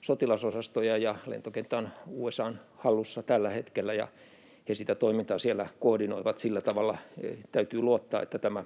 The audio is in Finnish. sotilasosastoja, ja lentokenttä on USA:n hallussa tällä hetkellä, ja he sitä toimintaa siellä koordinoivat. Sillä tavalla täytyy luottaa, että tämä